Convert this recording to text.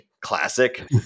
classic